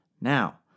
Now